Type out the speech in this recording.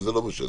זה לא משנה.